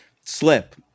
slip